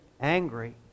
angry